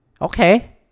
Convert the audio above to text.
Okay